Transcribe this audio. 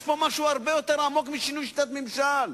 יש פה משהו הרבה יותר עמוק משינוי שיטת הממשל,